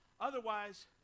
Otherwise